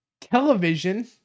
television